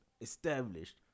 established